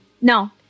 No